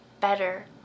better